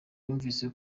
yumvise